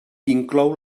inclou